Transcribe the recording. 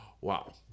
wow